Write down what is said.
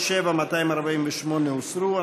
247 ו-248 הוסרו.